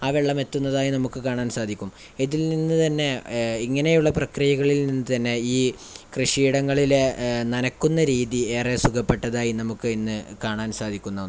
ആ വെള്ളം എത്തുന്നതായി നമുക്ക് കാണാൻ സാധിക്കും ഇതിൽ നിന്ന് തന്നെ ഇങ്ങനെയുള്ള പ്രക്രിയകളിൽ നിന്ന് തന്നെ ഈ കൃഷിയിടങ്ങളിലെ നനയ്ക്കുന്ന രീതി ഏറെ സുഖപ്പെട്ടതായി നമുക്ക് ഇന്ന് കാണാൻ സാധിക്കുന്ന ഒന്നാണ്